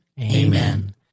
Amen